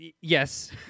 Yes